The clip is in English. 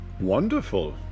Wonderful